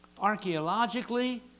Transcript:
archaeologically